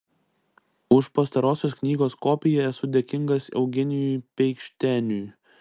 už pastarosios knygos kopiją esu dėkingas eugenijui peikšteniui